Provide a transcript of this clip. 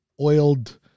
oiled